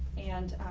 and